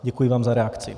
Děkuji vám za reakci.